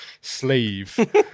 sleeve